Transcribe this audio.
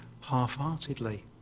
half-heartedly